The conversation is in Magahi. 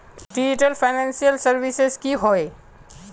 डिजिटल फैनांशियल सर्विसेज की होय?